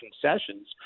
concessions